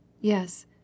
Yes